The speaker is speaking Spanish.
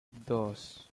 dos